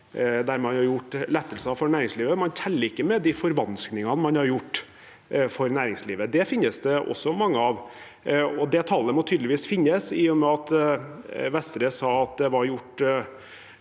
der man har gjort lettelser for næringslivet. Man teller ikke med de forvanskningene man har gjort for næringslivet. Det finnes det også mange av, og det tallet må tydeligvis finnes, i og med at Vestre sa at det var gjort